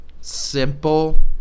simple